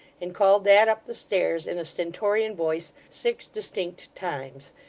and called that up the stairs in a stentorian voice, six distinct times.